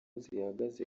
zihagaze